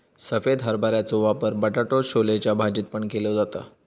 सफेद हरभऱ्याचो वापर बटाटो छोलेच्या भाजीत पण केलो जाता